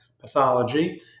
Pathology